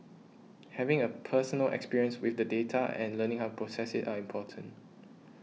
having a personal experience with the data and learning how process it are important